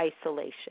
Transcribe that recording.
isolation